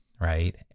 right